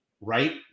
right